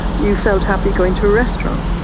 you felt happy going to a restaurant.